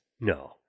No